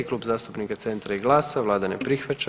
Klub zastupnika Centra i GLAS-a, Vlada ne prihvaća.